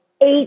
eight